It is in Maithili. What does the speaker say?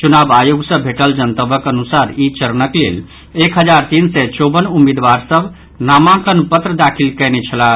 चुनाव अयोग सँ भेंटल जनतबक अनुसार ई चरणक लेल एक हजार तीन सय चौवन उम्मीदवार सभ नामांकन पत्र दाखिल कएने छलाह